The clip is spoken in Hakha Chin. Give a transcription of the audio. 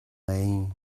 ngei